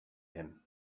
him